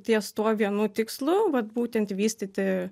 ties tuo vienu tikslu vat būtent vystyti